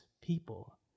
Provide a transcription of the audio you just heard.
people